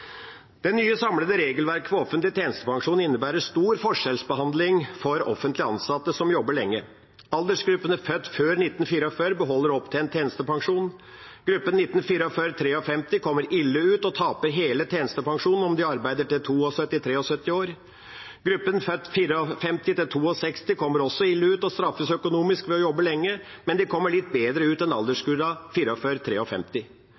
Det nye samlede regelverket for offentlig tjenestepensjon innebærer stor forskjellsbehandling for offentlig ansatte som jobber lenge. Aldersgruppene født før 1944 beholder opptjent tjenestepensjon. Gruppen fra 1944 til 1953 kommer ille ut og taper hele tjenestepensjonen om de arbeider til de er 72–73 år. Gruppen født fra 1954 til 1962 kommer også ille ut og straffes økonomisk ved å jobbe lenger, men de kommer litt bedre ut enn